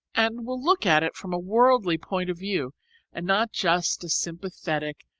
and will look at it from a worldly point of view and not just a sympathetic,